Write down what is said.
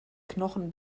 knochen